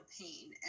pain